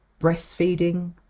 breastfeeding